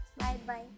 Bye-bye